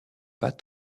pas